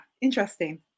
interesting